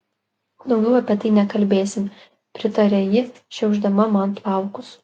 daugiau apie tai nekalbėsim pritarė ji šiaušdama man plaukus